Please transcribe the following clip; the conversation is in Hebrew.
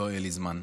לא יהיה לי זמן,